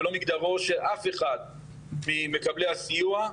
ולא מגדרו של אף אחד ממקבלי הסיוע.